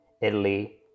italy